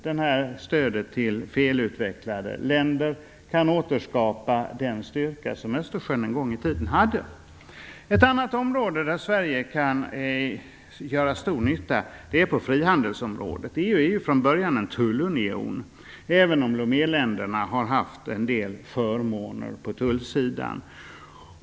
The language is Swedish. Det här stödet till felutvecklade länder kan återskapa den styrka som Östersjön en gång i tiden hade. Ett annat område där Sverige kan göra stor nytta är på frihandelsområdet. EU är från början en tullunion, även om Loméländerna har haft en del förmåner på tullsidan.